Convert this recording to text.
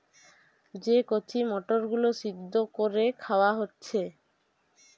যে কচি মটর গুলো সিদ্ধ কোরে খাওয়া হচ্ছে